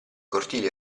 cortili